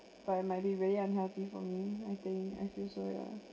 but it might be very unhealthy for me I think I think so ya